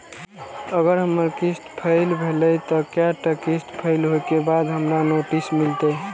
अगर हमर किस्त फैल भेलय त कै टा किस्त फैल होय के बाद हमरा नोटिस मिलते?